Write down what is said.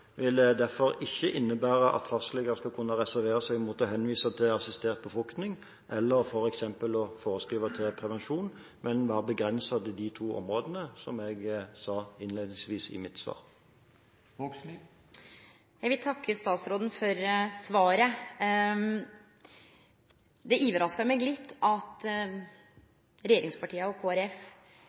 derfor ikke innebære at fastleger skal kunne reservere seg mot å henvise til assistert befruktning eller f.eks. å forskrive prevensjon, men være begrenset til de to områdene som jeg nevnte innledningsvis i mitt svar. Eg vil takke statsråden for svaret. Det overraskar meg litt at regjeringspartia og